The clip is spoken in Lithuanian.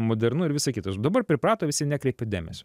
modernu ir visa dabar priprato visi nekreipia dėmesio